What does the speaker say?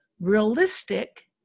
realistic